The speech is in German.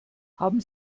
haben